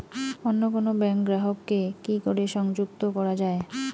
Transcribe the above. অন্য কোনো ব্যাংক গ্রাহক কে কি করে সংযুক্ত করা য়ায়?